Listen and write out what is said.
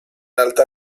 alta